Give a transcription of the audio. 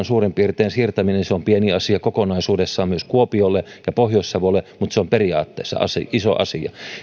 suurin piirtein kahdenkymmenen työpaikan siirtäminen se on pieni asia kokonaisuudessaan myös kuopiolle ja pohjois savolle mutta se on periaatteessa iso asia